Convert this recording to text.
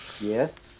Yes